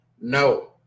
No